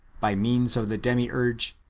by means of the demiurge,